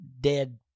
dead